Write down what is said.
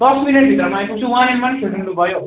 दस मिनट भित्रमा आइपुग्छु वान एन्ड वान खेलौँ लु भयो